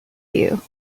you